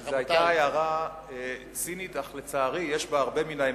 זו היתה הערה צינית, אך לצערי יש בה הרבה מן האמת.